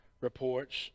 reports